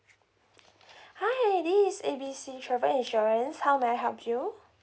hi this is A B C travel insurance how may I help you